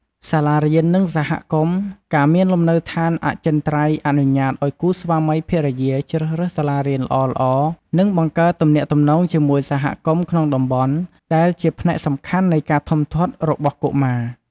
សាលារៀន និងសហគមន៍ ការមានលំនៅឋានអចិន្ត្រៃយ៍អនុញ្ញាតឲ្យគូស្វាមីភរិយាជ្រើសរើសសាលារៀនល្អៗ និងបង្កើតទំនាក់ទំនងជាមួយសហគមន៍ក្នុងតំបន់ ដែលជាផ្នែកសំខាន់នៃការធំធាត់របស់កុមារ។